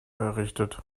errichtet